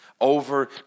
over